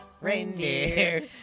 Reindeer